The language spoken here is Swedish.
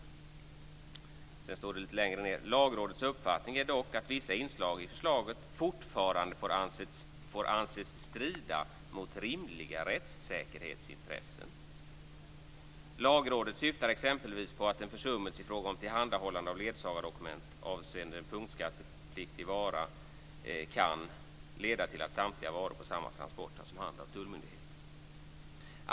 Litet längre ned står det: Lagrådets uppfattning är dock att vissa inslag i förslaget fortfarande får anses strida mot rimliga rättssäkerhetsintressen. Lagrådet syftar t.ex. på att en försummelse i fråga om tillhandahållande av ledsagardokument avseende punktskattpliktig vara kan leda till att samtliga varor på samma transport tas om hand av tullmyndigheten.